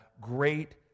great